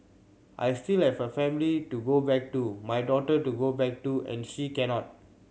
I still have a family to go back to my daughter to go back to and she cannot